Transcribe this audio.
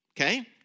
Okay